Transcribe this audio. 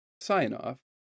sign-off